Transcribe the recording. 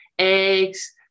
eggs